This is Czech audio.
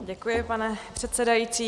Děkuji, pane předsedající.